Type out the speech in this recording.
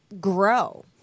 grow